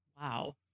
Wow